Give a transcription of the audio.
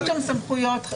מופעלות שם סמכויות חקירה.